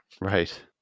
Right